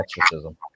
exorcism